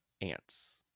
Ants